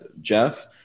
Jeff